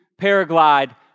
paraglide